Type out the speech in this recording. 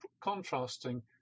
contrasting